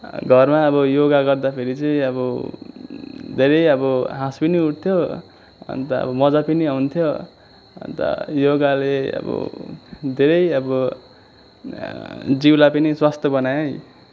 घरमा अब योगा गर्दाखेरि चाहिँ अब धेरै अब हाँस पनि उठ्थ्यो अन्त अब मजा पनि आउँथ्यो अन्त योगाले अब धेरै अब जिउलाई पनि स्वास्थ्य बनाए